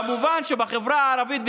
כמובן שבחברה הערבית,